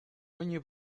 ogni